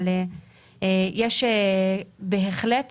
אבל יש בהחלט